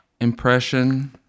impression